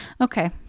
Okay